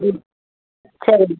ம் சரிங்க